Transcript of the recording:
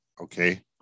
Okay